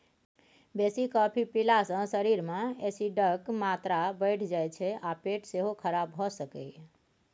बेसी कॉफी पीला सँ शरीर मे एसिडक मात्रा बढ़ि जाइ छै आ पेट सेहो खराब भ सकैए